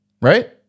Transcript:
right